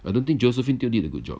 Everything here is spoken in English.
I don't think josephine teo did a good job